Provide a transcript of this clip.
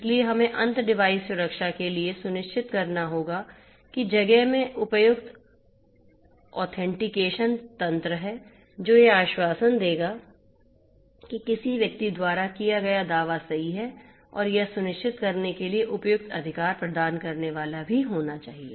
इसलिए हमें अंत डिवाइस सुरक्षा के लिए सुनिश्चित करना होगा कि जगह में उपयुक्त ऑथेंटिकेशन तंत्र है जो यह आश्वासन देगा कि किसी व्यक्ति द्वारा किया गया दावा सही है और यह सुनिश्चित करने के लिए उपयुक्त अधिकार प्रदान करने वाला भी होना चाहिए